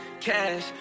cash